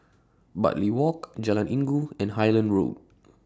Bartley Walk Jalan Inggu and Highland Road